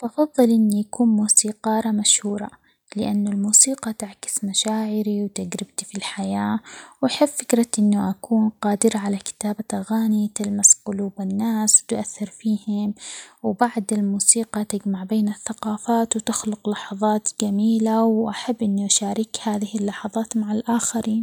بفضل إني أكون موسيقارة مشهورة؛ لأن الموسيقى تعكس مشاعري، وتجربتي في الحياة ،وأحب فكرة إنه أكون قادرة على كتابة أغاني تلمس قلوب الناس ،وتؤثر فيهم ،وبعد الموسيقى تجمع بين الثقافات وتخلق لحظات جميلة، وأحب إني أشارك هذه اللحظات مع الاخرين.